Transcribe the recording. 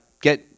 get